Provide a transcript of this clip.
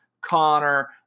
Connor